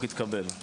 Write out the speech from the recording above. יתקבל.